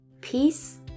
peace